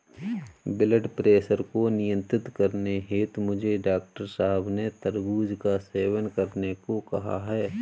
blood pressure को नियंत्रित करने हेतु मुझे डॉक्टर साहब ने तरबूज का सेवन करने को कहा है